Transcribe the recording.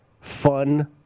fun